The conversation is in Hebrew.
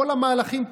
כל המהלכים,